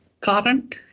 current